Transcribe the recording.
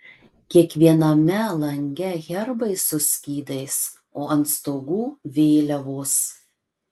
kiekviename lange herbai su skydais o ant stogų vėliavos